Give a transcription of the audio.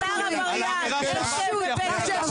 עבריינות,